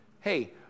hey